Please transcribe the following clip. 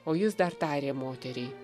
o jis dar tarė moteriai